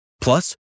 Plus